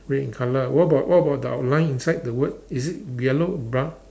red in colour what about what about the outline inside the word is it yellow brown